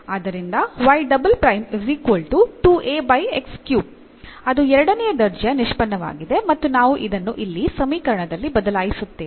ಆದ್ದರಿಂದ ಅದು ಎರಡನೇ ದರ್ಜೆಯ ನಿಷ್ಪನ್ನವಾಗಿದೆ ಮತ್ತು ನಾವು ಇದನ್ನು ಇಲ್ಲಿ ಸಮೀಕರಣದಲ್ಲಿ ಬದಲಿಸುತ್ತೇವೆ